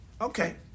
okay